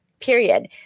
period